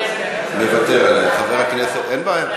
אני מוותר כי אני רוצה, מוותר עליה, אין בעיה.